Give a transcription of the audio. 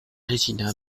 regina